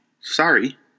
Sorry